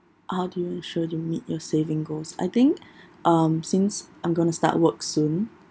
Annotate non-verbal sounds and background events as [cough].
how do you ensure you meet your saving goals I think [breath] um since I'm going to start work soon